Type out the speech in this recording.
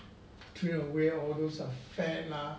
trim away all those fat ah